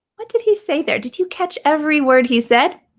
what did he say there? did you catch every word he said?